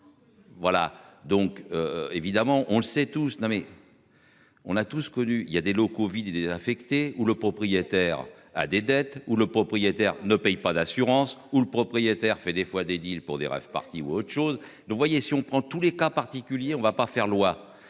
Voilà donc. Évidemment, on le sait tous nommés. On a tous connu il y a des locaux vides et désaffectés où le propriétaire a des dettes ou le propriétaire ne payent pas d'assurance ou le propriétaire fait des fois des deal pour des raves parties ou autre chose. Nous vous voyez si on prend tous les cas particuliers. On va pas faire loi